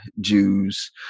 Jews